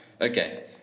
Okay